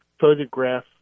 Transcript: photograph